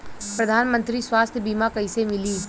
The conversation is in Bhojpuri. प्रधानमंत्री स्वास्थ्य बीमा कइसे मिली?